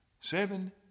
Seven